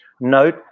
Note